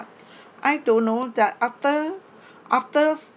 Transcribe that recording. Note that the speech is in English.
I don't know that after after